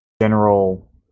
general